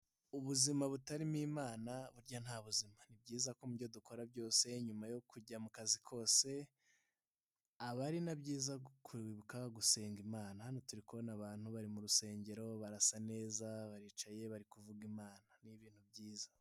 Ubuzima butarimo Imana, burya nta buzima ni byiza ko mubyo dukora byose nyuma yo kujya mu kazi kose, aba ari na byiza kwibuka gusenga Imana hano turi kubona abantu bari mu rusengero barasa neza baricaye bari kuvuga Imana ni ibintu byiza.